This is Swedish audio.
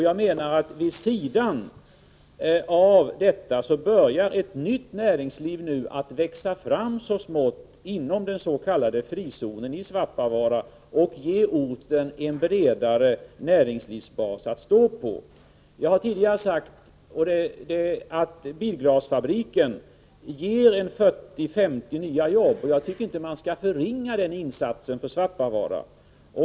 Jag menar att vid sidan av detta börjar ett nytt näringsliv nu så smått växa fram inom den s.k. frizonen i Svappavaara, och det ger orten en bredare näringslivsbas att stå på. Jag har tidigare sagt att bilglasfabriken ger 40-50 nya jobb, och jag tycker inte man skall förringa den insatsen för Svappavaara.